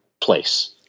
place